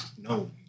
no